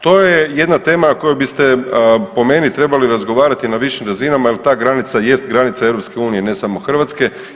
To je jedna tema koju biste po meni trebali razgovarati na višim razinama jer ta granica jest granica EU ne samo Hrvatske.